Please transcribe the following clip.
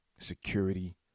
security